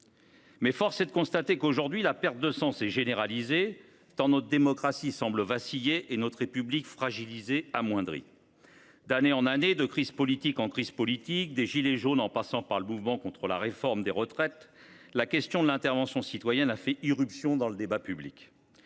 est toutefois de constater qu’aujourd’hui la perte de sens est généralisée, tant notre démocratie semble vaciller et notre République paraît fragilisée, amoindrie. D’année en année, de crise politique en crise politique, des « gilets jaunes » au mouvement contre la réforme des retraites, la question de l’intervention citoyenne a fait irruption dans le débat public.